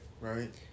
Right